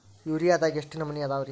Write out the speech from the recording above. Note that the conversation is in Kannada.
ಯೂರಿಯಾದಾಗ ಎಷ್ಟ ನಮೂನಿ ಅದಾವ್ರೇ?